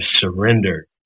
surrender